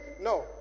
no